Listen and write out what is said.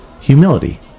humility